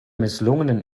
misslungenen